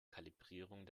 kalibrierung